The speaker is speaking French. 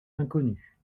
inconnue